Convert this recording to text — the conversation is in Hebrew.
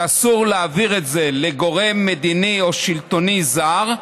שאסור להעביר אותן לגורם מדיני או שלטוני זר,